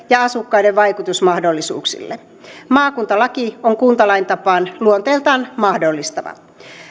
ja asukkaiden vaikutusmahdollisuuksille maakuntalaki on kuntalain tapaan luonteeltaan mahdollistava